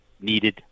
needed